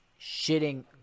shitting